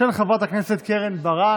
של חברת הכנסת קרן ברק.